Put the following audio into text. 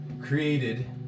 created